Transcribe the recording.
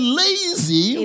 lazy